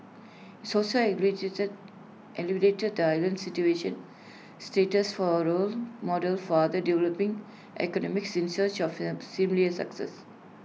he's also elevated the island situation status for A role model for other developing economies in search of similar success